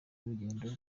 urugendo